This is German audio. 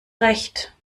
recht